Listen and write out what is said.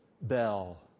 bell